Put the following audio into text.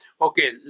Okay